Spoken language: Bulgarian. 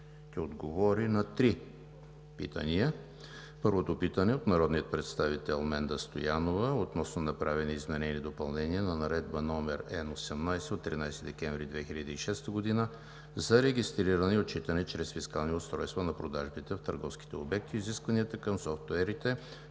ще отговори на три питания. Първото питане е от народния представител Менда Стоянова относно направени изменения и допълнения на Наредба Н-18 от 13 декември 2006 г. за регистриране и отчитане чрез фискални устройства на продажбите в търговските обекти, изискванията към софтуерите